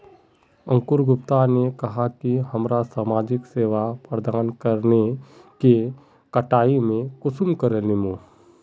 अंकूर गुप्ता ने कहाँ की हमरा समाजिक सेवा प्रदान करने के कटाई में कुंसम करे लेमु?